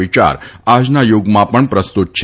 વિયાર આજના યુગમાં પણ પ્રસ્તુત છે